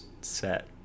set